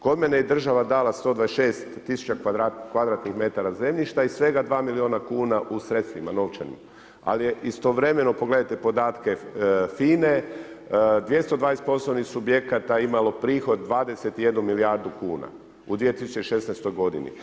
Kod mene je država dala 126 tisuća kvadratnih metara zemljišta i svega 2 miliona kuna u novčanim sredstvima, ali je istovremeno, pogledajte podatke FINA-e, 220 poslovnih subjekata imalo prihod 21 milijardu kuna u 2016. godini.